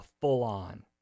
full-on